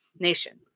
nation